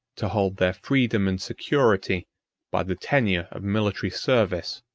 to hold their freedom and security by the tenure of military service.